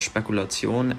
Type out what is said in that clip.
spekulation